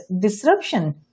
disruption